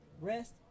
rest